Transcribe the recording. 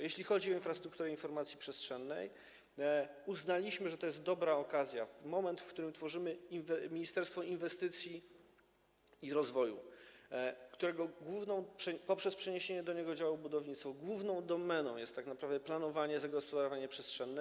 Jeśli chodzi o infrastrukturę informacji przestrzennej, uznaliśmy, że to jest dobra okazja, moment, w którym tworzymy Ministerstwo Inwestycji i Rozwoju poprzez przeniesienie do niego działu budownictwa, którego główną domeną jest tak naprawdę planowanie, zagospodarowanie przestrzenne.